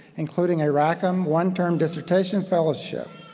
including a rackham one-term dissertation fellowship.